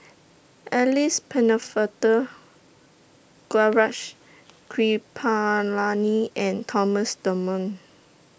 Alice Pennefather Gaurav She Kripalani and Thomas Dunman